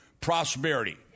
prosperity